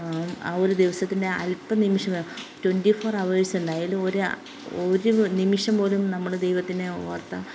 ആ ഒരു ദിവസത്തിൻ്റെ അൽപ്പ നിമിഷം ട്വൻ്റി ഫോർ അവേഴ്സ് ഉണ്ട് അതിൽ ഒരു ഒരു നിമിഷം പോലും നമ്മൾ ദൈവത്തിനെ ഓർത്താൽ